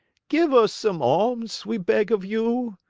give us some alms, we beg of you!